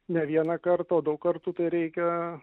ne vieną kartą o daug kartų tai reikia